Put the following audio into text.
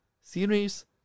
series